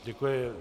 Děkuji.